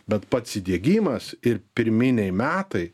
bet pats įdiegimas ir pirminiai metai